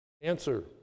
answer